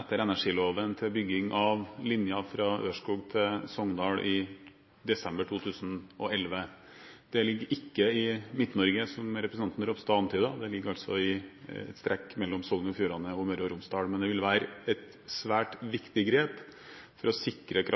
etter energiloven til bygging av linjen fra Ørskog til Sogndal. Det ligger ikke i Midt-Norge, som representanten Ropstad antydet, det ligger altså i et strekk mellom Sogn og Fjordane og Møre og Romsdal. Men det vil være et svært viktig grep for å sikre